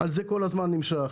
וזה כל הזמן נמשך.